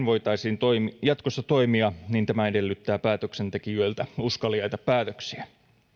voitaisiin jatkossa toimia tämä edellyttää päätöksentekijöiltä uskaliaita päätöksiä